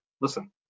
listen